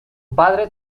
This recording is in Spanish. padre